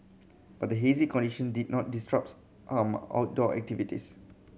but the hazy condition did not disrupts outdoor activities